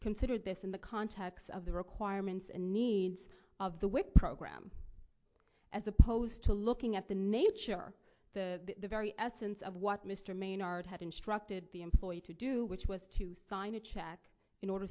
considered this in the context of the requirements and needs of the whip program as opposed to looking at the nature the very essence of what mr maynard had instructed the employee to do which was to sign a check in order